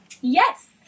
yes